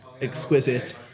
exquisite